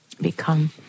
become